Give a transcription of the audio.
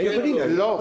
--- לא,